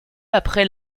après